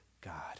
God